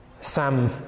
Sam